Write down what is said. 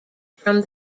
from